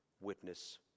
witness